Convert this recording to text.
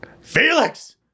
Felix